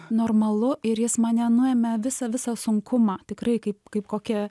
normalu ir jis mane nuėmė visą visą sunkumą tikrai kaip kaip kokia